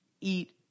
eat